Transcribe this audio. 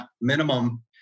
minimum